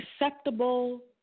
acceptable